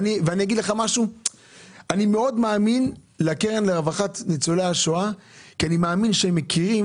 אני מאוד מאמין לקרן לרווחת ניצולי השואה ואני מאמין שהם מכירים